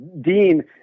Dean